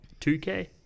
2K